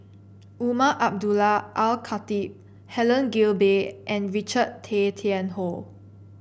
Umar Abdullah Al Khatib Helen Gilbey and Richard Tay Tian Hoe